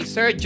Sir